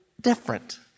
different